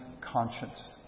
conscience